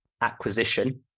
acquisition